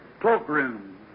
cloakroom